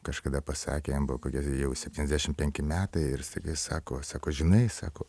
kažkada pasakė jam buvo kokie jau septyniasdešim penki metai ir staiga jis sako sako žinai sako